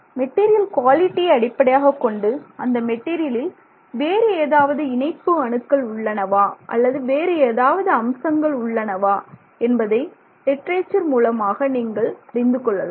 material குவாலிடியை அடிப்படையாகக் கொண்டு அந்த மெட்டீரியலில் வேறு ஏதாவது இணைப்பு அணுக்கள் உள்ளனவா அல்லது வேறு ஏதாவது அம்சங்கள் உள்ளனவா என்பதை லிட்ரேச்சர் மூலமாக நீங்கள் அறிந்து கொள்ளலாம்